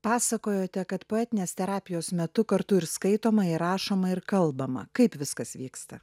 pasakojote kad poetinės terapijos metu kartu ir skaitoma ir rašoma ir kalbama kaip viskas vyksta